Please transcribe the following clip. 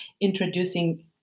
introducing